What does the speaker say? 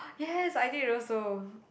yes I did also